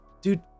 dude